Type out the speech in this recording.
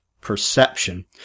perception